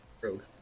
Rogue